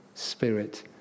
spirit